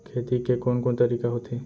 खेती के कोन कोन तरीका होथे?